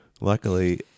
Luckily